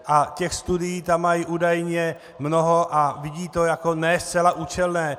A těch studií tam mají údajně mnoho a vidí to jako ne zcela účelné.